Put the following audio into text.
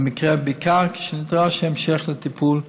בעיקר כשנדרש המשך לטיפול,